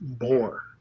more